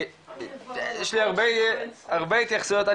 יש לי הרבה התייחסויות.